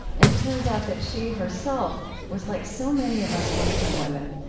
and it turns out that she herself was like so many of us western women,